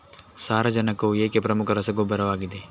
ಸಾರಜನಕವು ಏಕೆ ಪ್ರಮುಖ ರಸಗೊಬ್ಬರವಾಗಿದೆ?